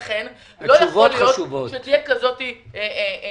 לא יתכן שתהיה הזאת אפליה.